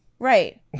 Right